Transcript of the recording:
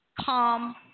Calm